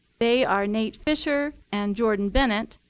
they are nate fisher and jordan bennett,